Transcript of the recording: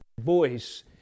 voice